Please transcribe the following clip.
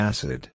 Acid